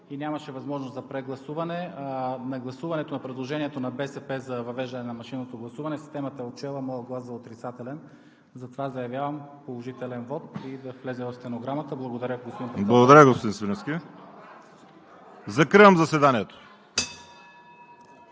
нямаше възможност за прегласуване на предложението на БСП за въвеждане на машинното гласуване, системата е отчела моя глас за отрицателен. Затова заявявам положителен вот и да влезе в стенограмата. Благодаря, господин Председател.